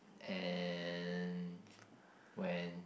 and when